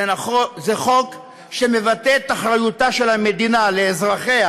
זה חוק שמבטא את אחריותה של המדינה לאזרחיה